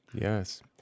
Yes